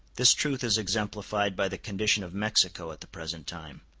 this truth is exemplified by the condition of mexico at the present time.